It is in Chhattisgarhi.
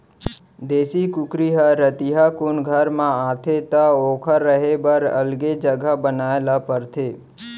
देसी कुकरी ह रतिहा कुन घर म आथे त ओकर रहें बर अलगे जघा बनाए ल परथे